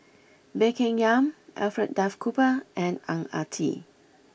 Baey Yam Keng Alfred Duff Cooper and Ang Ah Tee